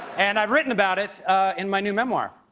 and i have written about it in my new memoir.